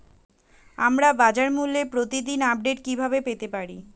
আমরা বাজারমূল্যের প্রতিদিন আপডেট কিভাবে পেতে পারি?